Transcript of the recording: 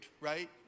right